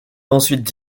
ensuite